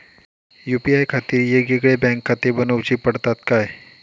UPI खातीर येगयेगळे बँकखाते बनऊची पडतात काय?